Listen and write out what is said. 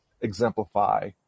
exemplify